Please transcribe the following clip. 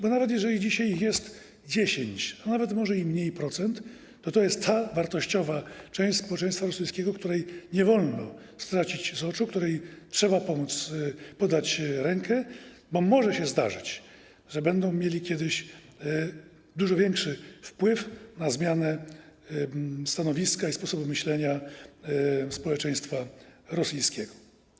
Bo nawet jeżeli ich dzisiaj jest 10%, nawet może i mniej, to to jest ta wartościowa część społeczeństwa rosyjskiego, której nie wolno stracić z oczu, której trzeba pomóc, podać rękę, bo może się zdarzyć, że ci ludzie będą mieli kiedyś dużo większy wpływ na zmianę stanowiska i sposobu myślenia społeczeństwa rosyjskiego.